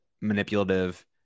manipulative